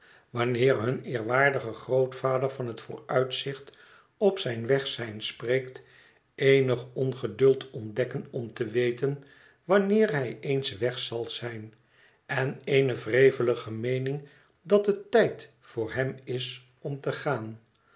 wanneer hun eerwaardige grootvader van het vooruitzicht op zijn weg zijn spreekt eenig ongeduld ontdekken om te weten wanneer hij eens weg zal zijn en eene wrevelige meening dat het tijd voor hem is om te gaan